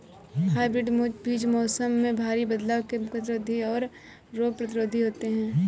hybrid बीज मौसम में भारी बदलाव के प्रतिरोधी और रोग प्रतिरोधी होते हैं